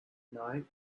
night